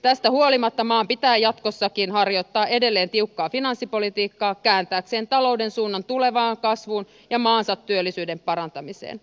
tästä huolimatta maan pitää jatkossakin harjoittaa edelleen erittäin tiukkaa finanssipolitiikkaa kääntääkseen talouden suunnan tulevaan kasvuun ja maansa työllisyyden parantamiseen